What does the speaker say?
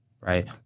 Right